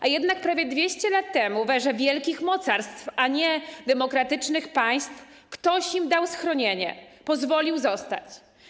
A jednak prawie 200 lat temu, w erze wielkich mocarstw, a nie demokratycznych państw, ktoś im dał schronienie, pozwolił zostać.